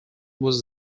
was